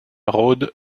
rhôde